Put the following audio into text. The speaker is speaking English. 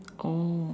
oh